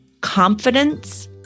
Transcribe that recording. confidence